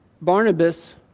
Barnabas